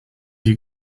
you